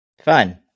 fun